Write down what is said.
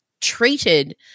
treated